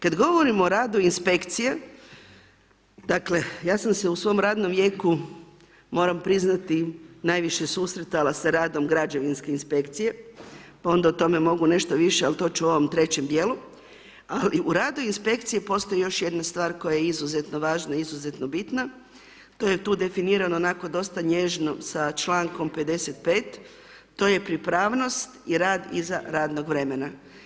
Kad govorimo o radu inspekcije, dakle, ja sam se u svom radnom vijeku moram priznati najviše susretala sa radom građevinske inspekcije, pa onda o tome mogu nešto više, al to ću u ovom trećem dijelu, ali u radu inspekcije postoji još jedna stvar koja je izuzetno važna, izuzetno bitna, to je tu definirano onako dosta nježno s člankom 55., to je pripravnost i rad iza radnog vremena.